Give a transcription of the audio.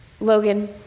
Logan